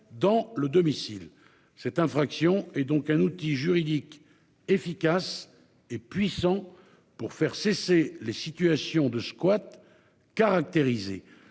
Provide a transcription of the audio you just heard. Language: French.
dans le domicile. Cette infraction est donc un outil juridique efficace et puissant pour faire cesser les situations de squat caractérisé,